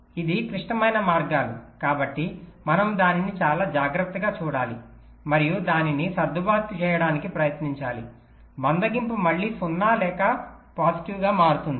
ఇది క్లిష్టమైన మార్గాలు కాబట్టి మనం దానిని చాలా జాగ్రత్తగా చూడాలి మరియు దానిని సర్దుబాటు చేయడానికి ప్రయత్నించాలి మందగింపు మళ్ళీ 0 లేదా పాజిటివ్ గా మారుతుంది